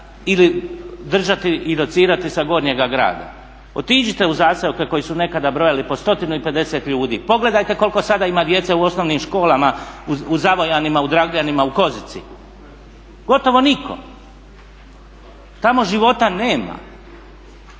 ili držati i docirati sa Gornjega grada. Otiđite u zaseoke koji su nekada brojali po 150 ljudi, pogledajte koliko sada ima djece u osnovnim školama u Zavojanima, u Dragljanima, u Kozici. Gotovo nitko. Tamo života nema.